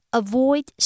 avoid